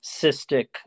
cystic